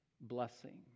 blessing